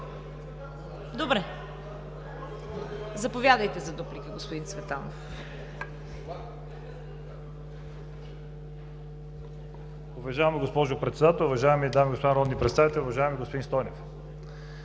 Заповядайте за дуплика, господин Цветанов.